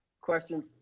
question